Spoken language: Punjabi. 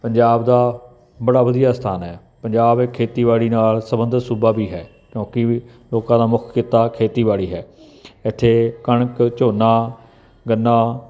ਪੰਜਾਬ ਦਾ ਬੜਾ ਵਧੀਆ ਸਥਾਨ ਹੈ ਪੰਜਾਬ ਇਹ ਖੇਤੀਬਾੜੀ ਨਾਲ ਸਬੰਧਤ ਸੂਬਾ ਵੀ ਹੈ ਕਿਉਂਕਿ ਲੋਕਾਂ ਦਾ ਮੁੱਖ ਕਿੱਤਾ ਖੇਤੀਬਾੜੀ ਹੈ ਇੱਥੇ ਕਣਕ ਝੋਨਾ ਗੰਨਾ